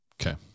Okay